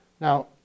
Now